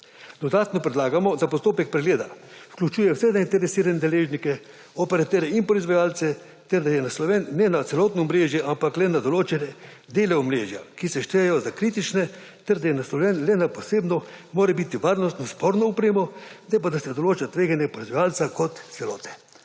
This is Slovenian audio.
Dodatno predlagamo, da postopek pregleda vključuje vse zainteresirane deležnike, operaterje in proizvajalce ter da ni naslovljen na celotno omrežje, ampak le na določene dele omrežja, ki se štejejo za kritične; ter da je naslovljen le na posebno morebiti varnostno sporno opremo, ne pa da se določa tveganje proizvajalca kot celote.